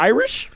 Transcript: Irish